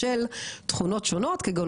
בשל תכונות שונות כגון,